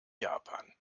japan